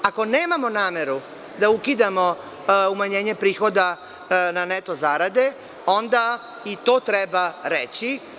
Ako nemamo nameru da ukidamo umanjenje prihoda na neto zarade, onda i to treba reći.